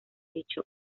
dicho